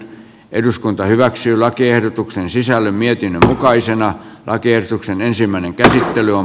eduskunta hyväksyy lakiehdotukseen sisälly mietin mukaisena lakiehdotuksen ensimmäinen käsittely on